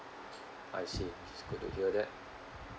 I see it's good to hear that